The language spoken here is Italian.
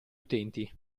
utenti